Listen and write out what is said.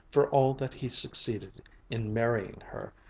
for all that he succeeded in marrying her,